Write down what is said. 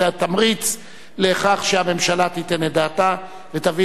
זה התמריץ לכך שהממשלה תיתן את דעתה ותביא